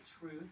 truth